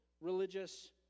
religious